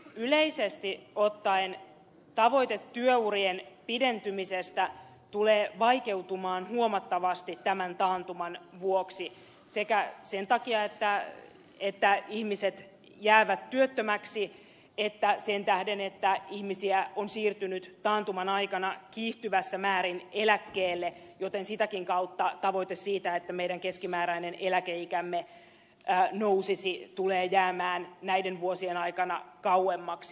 yleisesti ottaen tavoite työurien pidentymisestä tulee vaikeutumaan huomattavasti tämän taantuman vuoksi sekä sen takia että ihmiset jäävät työttömäksi että sen tähden että ihmisiä on siirtynyt taantuman aikana kiihtyvässä määrin eläkkeelle joten sitäkin kautta tavoite siitä että meidän keskimääräinen eläkeikämme nousisi tulee jäämään näiden vuosien aikana kauemmaksi